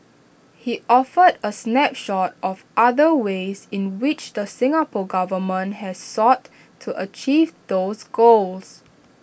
he offered A snapshot of other ways in which the Singapore Government has sought to achieve those goals